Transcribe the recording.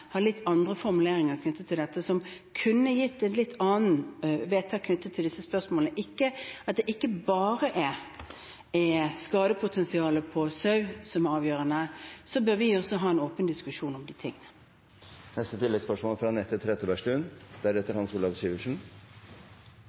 kunne gitt et litt annet vedtak knyttet til disse spørsmålene, og at det ikke bare er skadepotensialet på sau som er avgjørende, bør vi også ha en åpen diskusjon om det. Anette Trettebergstuen – til oppfølgingsspørsmål. Regjeringens brudd på rovdyrforliket har skapt stor frustrasjon, sinne og motløshet i det fylket jeg kommer fra,